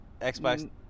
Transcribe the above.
Xbox